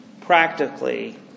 practically